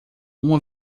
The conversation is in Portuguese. uma